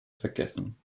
vergessen